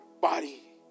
body